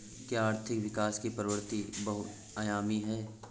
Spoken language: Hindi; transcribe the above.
क्या आर्थिक विकास की प्रवृति बहुआयामी है?